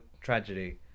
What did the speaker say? tragedy